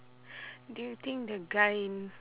do you think the guy in